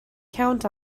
count